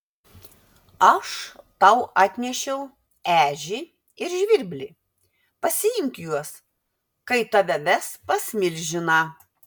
aš tau atnešiau ežį ir žvirblį pasiimk juos kai tave ves pas milžiną